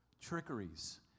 trickeries